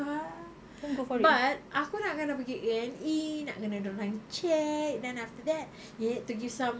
but aku nak kena pergi A&E nak kena dia orang check then after that you need to give some